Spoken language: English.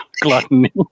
gluttony